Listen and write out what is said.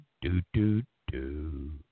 Do-do-do